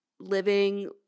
Living